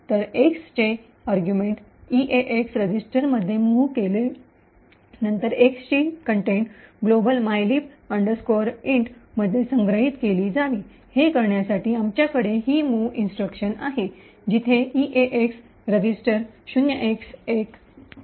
तर एक्स चे युक्तिवाद अर्गुमेट argument ईएएक्स रजिस्टरकडे मूव्ह केले नंतर एक्सची ची सामग्री content - content global mylib int mylib int मध्ये संग्रहित केली जावी हे करण्यासाठी आमच्याकडे ही मुव्ह इन्स्ट्रक्शन आहे जिथे ईएएक्स रजिस्टर 0X0 वर हलवले आहे